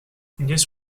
this